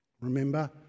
Remember